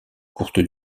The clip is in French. courte